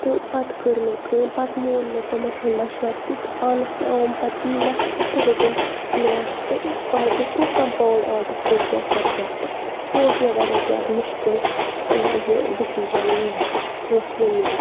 تہٕ پَتہٕ کٔر مےٚ کٲم پَتہٕ موٗن مےٚ تِمَن ہُنٛد مَشوَر تہِ تہٕ پانَس تہِ آوُم پَتہٕ ای مَشوَر تہٕ روٚٹُم میتھ تہٕ آرٹٕس گوٚو کَمپاوُنٛڈ آرٹٕس روٚٹ مےٚ سَبجیٚکٹہٕ سُہ اوٗس مےٚ واریاہ زیادٕ مُشکِل یہِ ڈِیٚسِجَن نِیُن فٲصلہٕ نیُن